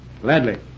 Gladly